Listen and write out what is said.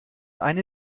eine